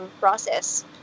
process